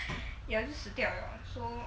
ya 我就死掉 liao so